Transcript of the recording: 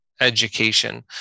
education